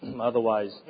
otherwise